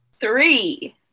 Three